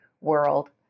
world